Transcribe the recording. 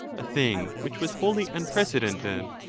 a thing which was wholly unprecedented.